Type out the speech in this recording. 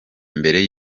mbere